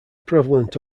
prevalent